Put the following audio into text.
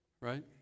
Right